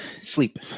sleep